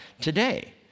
today